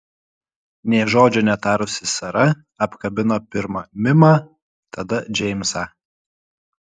nė žodžio netarusi sara apkabino pirma mimą tada džeimsą